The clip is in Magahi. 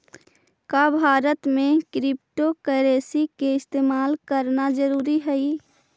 का भारत में क्रिप्टोकरेंसी के इस्तेमाल करना कानूनी हई?